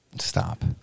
Stop